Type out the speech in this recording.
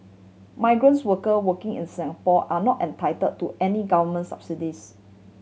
migrants worker working in Singapore are not entitle to any Government subsidies